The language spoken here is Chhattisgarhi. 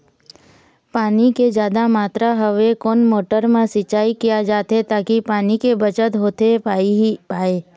पानी के जादा मात्रा हवे कोन मोटर मा सिचाई किया जाथे ताकि पानी के बचत होथे पाए?